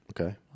Okay